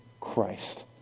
Christ